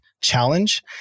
challenge